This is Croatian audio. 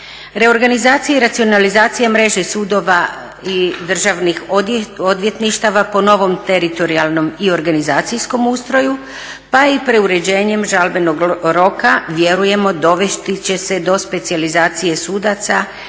reorganizaciju i racionalizaciju mreže sudova i državnih odvjetništava po novom teritorijalnom i organizacijskom ustroju pa i preuređenjem žalbenog roka vjerujemo dovesti će se do specijalizacije sudaca i